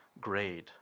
grade